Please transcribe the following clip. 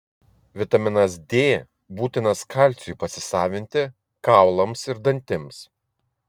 vitaminas d būtinas kalciui pasisavinti kaulams ir dantims